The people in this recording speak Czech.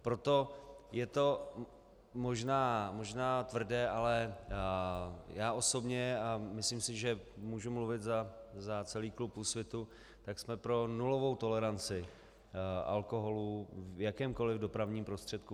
Proto je to možná tvrdé, ale já osobně a myslím si, že můžu mluvit za celý klub Úsvitu, tak jsme pro nulovou toleranci alkoholu v jakémkoliv dopravním prostředku.